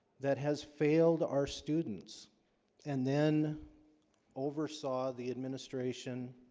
that has failed our students and then oversaw the administration